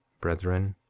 brethren,